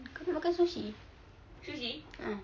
kau nak makan sushi ah